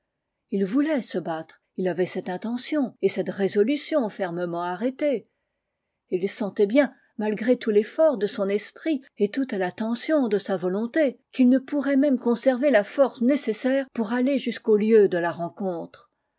ii voulait se battre il avait cette intention et cette résolution fermement arrêtées et il sentait bien malgré tout l'effort de son esprit et toute la tension de sa volonté qu'il ne pourrait même conserver la force nécessaire pour aller jusqu'au lieu de la rencontre